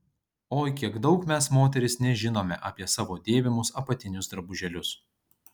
oi kiek daug mes moterys nežinome apie savo dėvimus apatinius drabužėlius